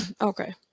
Okay